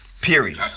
Period